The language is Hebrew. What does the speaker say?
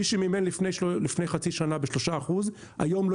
מי שמימן לפני חצי שנה ב-3% היום לא